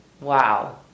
wow